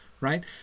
right